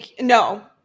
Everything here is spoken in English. No